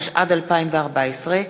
מטעם הממשלה,